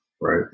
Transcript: Right